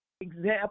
example